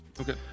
Okay